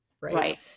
Right